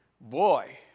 boy